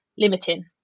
limiting